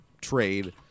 trade